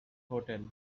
hotel